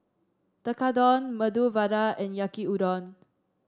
Tekkadon Medu Vada and Yaki Udon